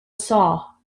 saw